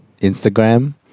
Instagram